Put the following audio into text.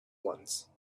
once